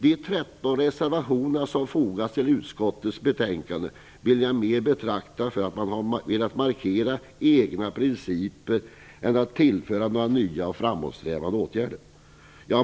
De tretton reservationer som fogats till utskottets betänkande vill jag betrakta mer som att man har velat markera egna principer än att tillföra några nya och framåtsträvande åtgärder.